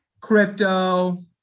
Crypto